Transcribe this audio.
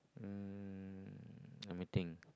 um let me think